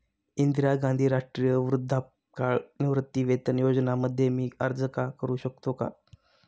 इंदिरा गांधी राष्ट्रीय वृद्धापकाळ निवृत्तीवेतन योजना मध्ये मी अर्ज का करू शकतो का?